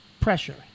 pressure